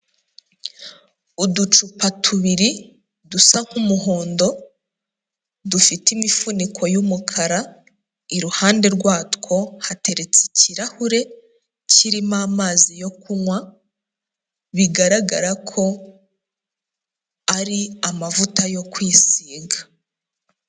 Uducupa tubiri dusa nk'umuhondo, dufite imifuniko y'umukara, iruhande rwatwo hateretse ikirahure kirimo amazi yo kunywa, bigaragara ko ari amavuta yo kwisiga.